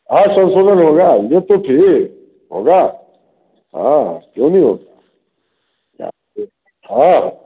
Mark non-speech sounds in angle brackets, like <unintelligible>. आठ सौ चौवन होगा वह तो ठी होगा हाँ क्यों नहीं होगा <unintelligible> हाँ